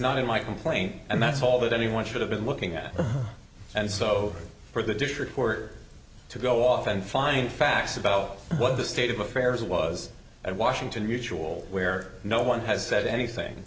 not in my complaint and that's all that anyone should have been looking at and so for the district court to go off and find facts about what the state of affairs was at washington mutual where no one has said anything